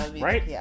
Right